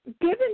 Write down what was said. Given